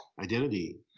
identity